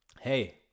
Hey